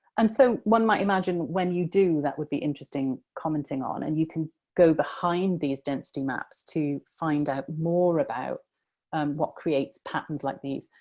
and, so, one might imagine when you do, that would be interesting commenting on. and you can go behind these density maps to find out more about what creates patterns like these.